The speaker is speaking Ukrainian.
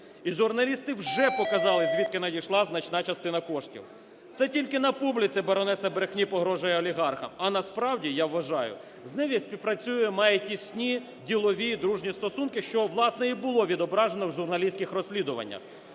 І журналісти вже показали, звідки надійшла значна частина коштів. Це тільки на публіці "баронеса брехні" погрожує олігархам, а насправді, я вважаю, з ними співпрацює, має тісні ділові і дружні стосунки, що, власне, і було відображено в журналістських розслідуваннях.